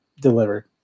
delivered